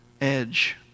edge